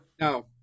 No